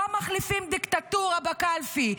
לא מחליפים דיקטטורה בקלפי.